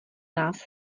nás